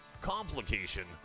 Complication